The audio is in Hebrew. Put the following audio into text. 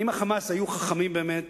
אם ה"חמאס" היו חכמים באמת,